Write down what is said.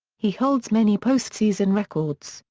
he holds many postseason records,